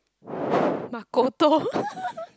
Makoto